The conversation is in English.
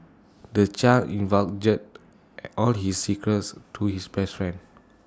the child divulged all his secrets to his best friend